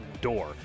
door